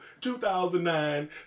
2009